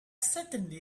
certainly